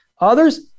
Others